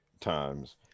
times